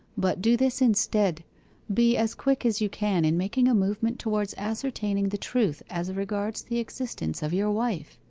but do this instead be as quick as you can in making a movement towards ascertaining the truth as regards the existence of your wife.